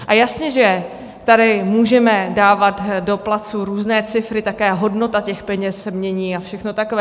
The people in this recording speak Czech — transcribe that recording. A jasně že tady můžeme dávat do placu různé cifry, také hodnota těch peněz se mění a všechno takové.